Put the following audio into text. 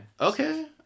Okay